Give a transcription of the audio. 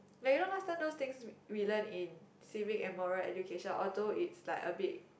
like you know last time those things we learned in civic and moral education although it's like a bit